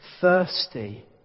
thirsty